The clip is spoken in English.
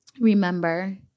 Remember